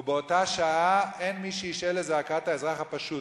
ובאותה השעה אין מי שישעה לזעקת האזרח הפשוט.